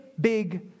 big